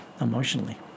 emotionally